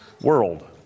world